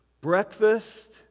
breakfast